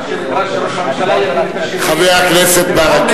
מה שנדרש הוא שראש הממשלה, חבר הכנסת ברכה.